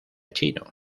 chino